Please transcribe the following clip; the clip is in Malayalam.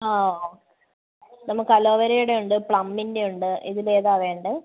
ആണോ നമുക്ക് അലോവെരയുടെ ഉണ്ട് പ്ലമ്മിൻ്റെയുണ്ട് ഇതിൽ ഏതാണ് വേണ്ടത്